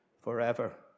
forever